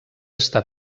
està